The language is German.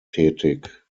tätig